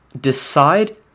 decide